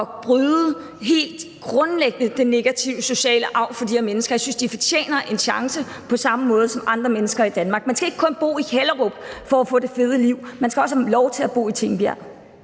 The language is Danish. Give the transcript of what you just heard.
den måde helt grundlæggende at bryde den negative sociale arv på for de her mennesker. Jeg synes, de fortjener en chance på samme måde som andre mennesker i Danmark. Man skal ikke kun bo i Hellerup for at få det fede liv; man skal også have lov til at bo i Tingbjerg.